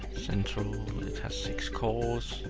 central. it ah six cores,